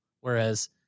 Whereas